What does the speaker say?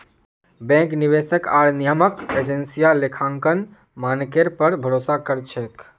bank, निवेशक आर नियामक एजेंसियां लेखांकन मानकेर पर भरोसा कर छेक